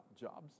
jobs